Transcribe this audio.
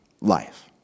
life